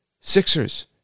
Sixers